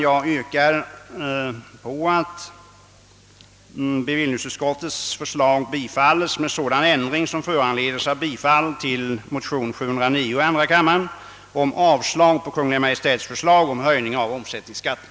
Jag yrkar bifall till bevillningsutskottets förslag med den ändring däri som föranleds av bifall till motion II: 709 med yrkande om avslag på Kungl. Maj:ts förslag om höjning av omsättningsskatten.